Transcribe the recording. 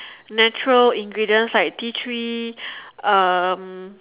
natural ingredients like tea tree um